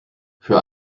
für